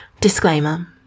Disclaimer